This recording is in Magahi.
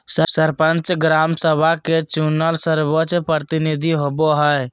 सरपंच, ग्राम सभा के चुनल सर्वोच्च प्रतिनिधि होबो हइ